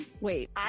Wait